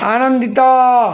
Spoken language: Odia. ଆନନ୍ଦିତ